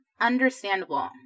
understandable